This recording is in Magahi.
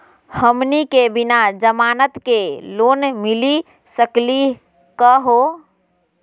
हमनी के बिना जमानत के लोन मिली सकली क हो?